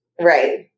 right